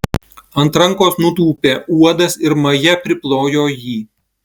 ant rankos nutūpė uodas ir maja priplojo jį